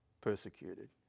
persecuted